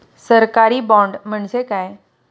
सरकारी बाँड म्हणजे काय?